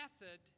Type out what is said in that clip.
method